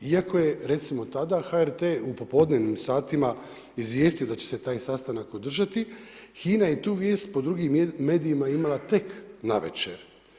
Iako je, recimo, tada HRT u popodnevnim satima izvijestio da će se taj sastanak održati, HINA je tu vijest po drugim medijima imala tek navečer.